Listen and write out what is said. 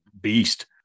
beast